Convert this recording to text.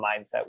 mindset